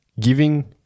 giving